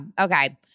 Okay